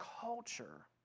culture